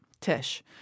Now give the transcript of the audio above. Tish